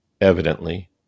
evidently